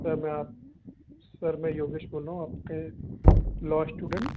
sir मैं sir मैं योगेश बोल रहा हूँ आपके लॉ स्टूडेंट